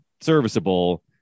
serviceable